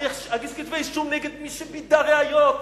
אני אגיש כתבי-אישום נגד מי שבידה ראיות?